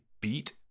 beat